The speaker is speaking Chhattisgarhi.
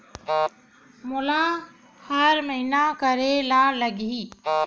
मोला हर महीना करे ल लगही?